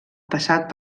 passat